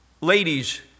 ladies